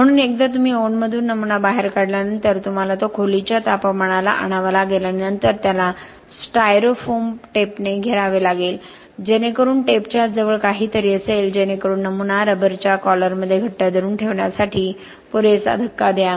म्हणून एकदा तुम्ही ओव्हनमधून नमुना बाहेर काढल्यानंतर तुम्हाला तो खोलीच्या तापमानाला आणावा लागेल आणि नंतर त्याला स्टायरोफोम टेपने घेरावे लागेल जेणेकरून टेपच्या जवळ काहीतरी असेल जेणेकरून नमुना रबरच्या कॉलरमध्ये घट्ट धरून ठेवण्यासाठी पुरेसा धक्का द्या